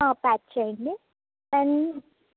pack చెయ్యండి and